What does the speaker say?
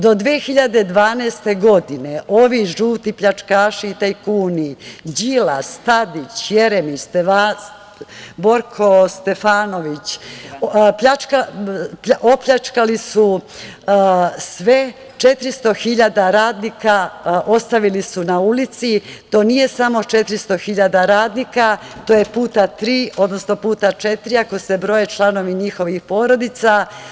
Do 2012. godine ovi žuti pljačkaši i tajkuni Đilas, Tadić, Jeremić, Borko Stefanović, opljačkali su sve, 400 hiljada radnika ostavili su na ulici, a to nije samo 400 hiljada radnika, to je puta tri, odnosno puta četiri, ako se broje članovi njihovih porodica.